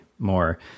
more